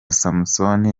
samusoni